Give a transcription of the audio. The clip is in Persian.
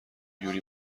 یوری